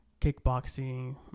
kickboxing